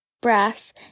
brass